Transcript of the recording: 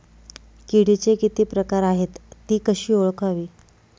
किडीचे किती प्रकार आहेत? ति कशी ओळखावी?